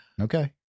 Okay